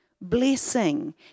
blessing